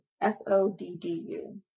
S-O-D-D-U